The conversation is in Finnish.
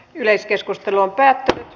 yleiskeskustelu päättyi